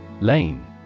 Lane